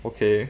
okay